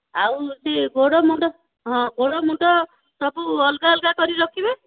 ଆଉ ହଉଛି ଗୋଡ଼ ମୁଣ୍ଡ ହଁ ଗୋଡ଼ ମୁଣ୍ଡ ସବୁ ଅଲଗା ଅଲଗା କରି ରଖିବେ